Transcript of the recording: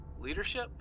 leadership